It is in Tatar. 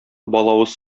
балавыз